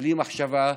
בלי מחשבה.